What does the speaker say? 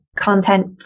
content